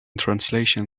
translation